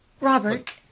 Robert